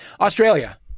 Australia